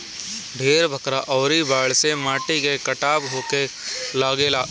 ढेर बरखा अउरी बाढ़ से माटी के कटाव होखे लागेला